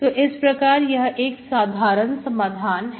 तो इस प्रकार यह एक साधारण समाधान है